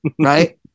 right